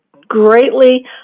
greatly